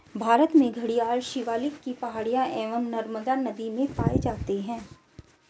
भारत में घड़ियाल शिवालिक की पहाड़ियां एवं नर्मदा नदी में पाए जाते हैं